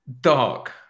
dark